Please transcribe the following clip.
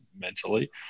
mentally